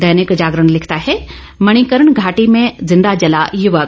दैनिक जागरण लिखता है मणिकर्ण घाटी में जिंदा जला युवक